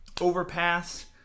Overpass